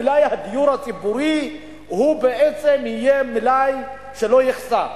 מלאי הדיור הציבורי בעצם יהיה מלאי שלא יחסר.